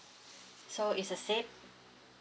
so it's the same